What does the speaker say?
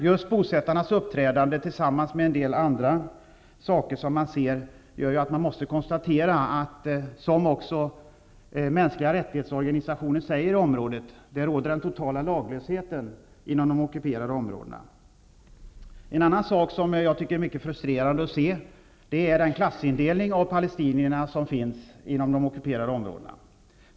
Just bosättarnas uppträdande, tillsammans med en del andra saker man ser, gör att man måste konstatera att, som också organisationer för mänskliga rättigheter i området säger, den totala laglösheten råder inom de ockuperade områdena. En annan sak jag tycker är mycket frustrerande att se är den klassindelning av palestinierna som finns inom de ockuperade områdena.